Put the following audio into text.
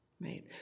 Right